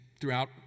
throughout